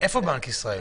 בנק ישראל,